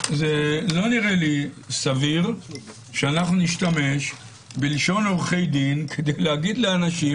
לא נראה לי סביר שנשתמש בלשון עורכי דין כדי להגיד לאנשים,